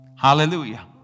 Hallelujah